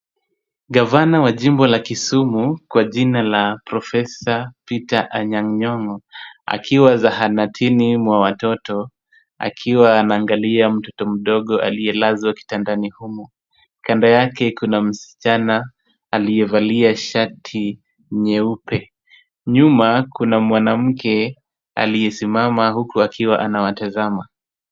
Gavana wa jimbo la Kisumu kwa jina la profesa Peter Anyang' Nyong'o akiwa zahanatini mwa watoto akiwa anaangalia mtoto mdogo aliyelazwa kitandani humu. Kando yake kuna msichana aliyevalia shati nyeupe. Nyuma kuna mwanamke aliyesimama huku akiwa anawatazama.